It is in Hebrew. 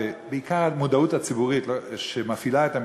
ובעיקר המודעות הציבורית מפעילה את המשטרה,